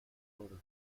order